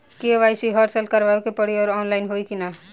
KYC हर साल करवावे के पड़ी और ऑनलाइन होई की ना?